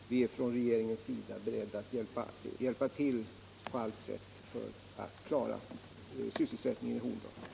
Vi är från regeringens sida beredda att hjälpa till på allt sätt för att klara sysselsättningen i Horndal.